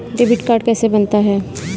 Debit card कैसे बनता है?